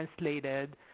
translated